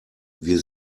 wir